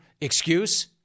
excuse